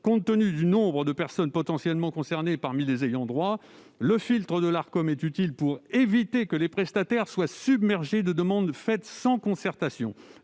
Compte tenu du nombre de personnes potentiellement concernées parmi les ayants droit, le filtre de l'Arcom est utile pour éviter que les prestataires soient submergés de demandes faites sans concertation.